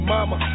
Mama